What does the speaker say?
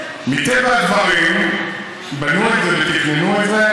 מטבע הדברים בנו את זה ותכננו את זה,